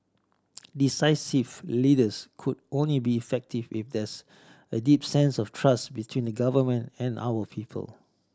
decisive leaders could only be effective if there's a deep sense of trust between government and our people